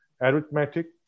arithmetic